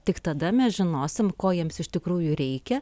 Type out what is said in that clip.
tik tada mes žinosim ko jiems iš tikrųjų reikia